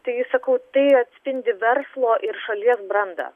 taigi sakau tai atspindi verslo ir šalies brandą